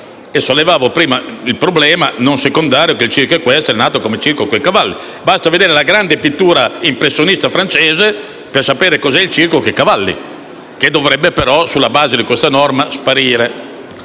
Sollevavo prima il problema non secondario che il circo equestre è nato come circo con i cavalli. Basta guardare la grande pittura impressionista francese per sapere che cosa sia il circo con i cavalli, che però, sulla base di questa norma, dovrebbe